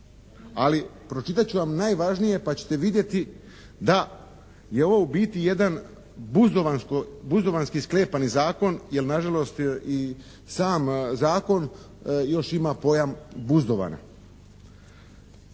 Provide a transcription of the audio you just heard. ali pročitat ću vam najvažnije pa ćete vidjeti da je ovo u biti jedan buzdovanski sklepani zakon jer nažalost i sam zakon još ima pojam buzdovana.